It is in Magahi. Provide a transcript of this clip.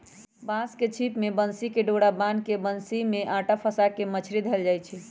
बांस के छिप में बन्सी कें डोरा बान्ह् के बन्सि में अटा फसा के मछरि धएले जाइ छै